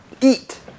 eat